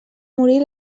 morir